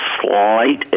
slight